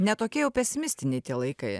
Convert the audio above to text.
ne tokie jau pesimistiniai tie laikai